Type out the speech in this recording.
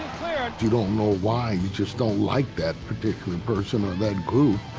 cleared. you don't know why you just don't like that particular person or that group,